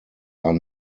are